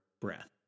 breath